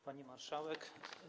Pani Marszałek!